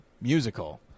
musical